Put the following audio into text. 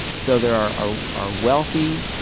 so there are are wealthy,